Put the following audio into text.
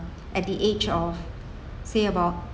at the age of say about